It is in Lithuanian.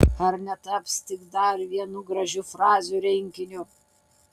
ar netaps tik dar vienu gražių frazių rinkiniu